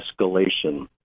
escalation